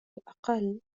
الأقل